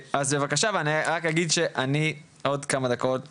אבל מצד שני אני גם נציגה של ארגון מאמני ומאמנות הכדורסל בישראל.